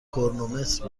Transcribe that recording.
کرونومتر